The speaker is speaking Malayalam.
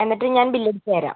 എന്നിട്ട് ഞാൻ ബില്ലടിച്ച് തരാം